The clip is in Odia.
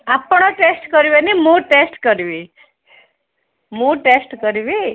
ଆପଣ ଟେଷ୍ଟ୍ କରିବେନି ମୁଁ ଟେଷ୍ଟ୍ କରିବି ମୁଁ ଟେଷ୍ଟ୍ କରିବି